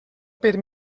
per